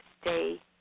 stay